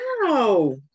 Wow